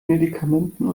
medikamenten